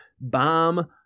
bomb